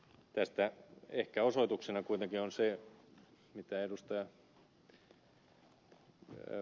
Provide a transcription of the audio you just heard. tästä ehkä osoituksena kuitenkin on se mitä ed